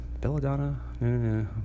Belladonna